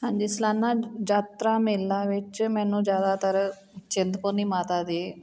ਹਾਂਜੀ ਸਾਲਾਨਾ ਯਾਤਰਾ ਮੇਲਾ ਵਿੱਚ ਮੈਨੂੰ ਜ਼ਿਆਦਾਤਰ ਚਿੰਤਪੁਰਨੀ ਮਾਤਾ ਦੇ